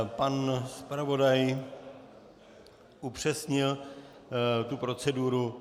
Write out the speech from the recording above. Pan zpravodaj upřesnil proceduru.